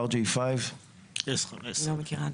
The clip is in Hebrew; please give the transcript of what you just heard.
RJ\5. אני לא מכירה,